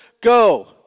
Go